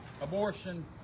Abortion